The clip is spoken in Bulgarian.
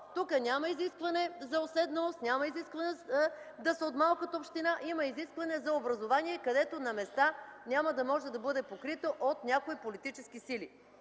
Тук няма изискване за уседналост, няма изискване да са от малката община, има изискване за образование, където на места няма да може да бъде покрито от някои политически сили.